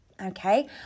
Okay